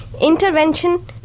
intervention